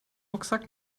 rucksack